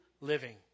living